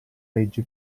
legge